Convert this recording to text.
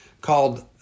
called